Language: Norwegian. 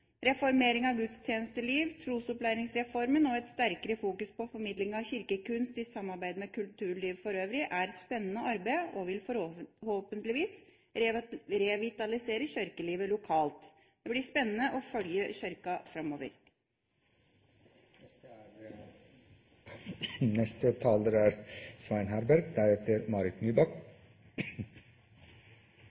Reformering av gudstjenestelivet, Trosopplæringsreformen og et sterkere fokus på formidling av kirkekunst i samarbeid med kulturlivet for øvrig er spennende arbeid og vil forhåpentligvis revitalisere kirkelivet lokalt. Det blir spennende å følge Kirka framover.